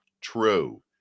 true